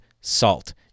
salt